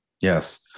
Yes